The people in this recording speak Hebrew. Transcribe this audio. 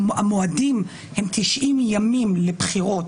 המועדים הם 90 ימים לבחירות,